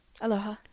Aloha